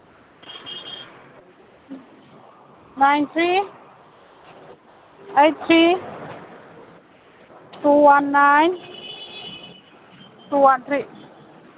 nine three eight three two one nine two one three